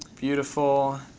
beautiful.